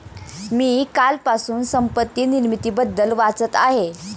मी कालपासून संपत्ती निर्मितीबद्दल वाचत आहे